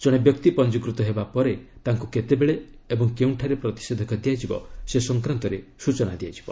ଜଣେ ବ୍ୟକ୍ତି ପଞ୍ଜିକୃତ ହେବାପରେ ତାଙ୍କୁ କେତେବେଳେ ଓ କେଉଁଠାରେ ପ୍ରତିଷେଧକ ଦିଆଯିବ ସେ ସଂକ୍ରାନ୍ତରେ ସ୍ୱଚନା ଦିଆଯିବ